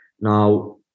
Now